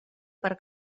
per